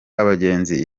abagenzi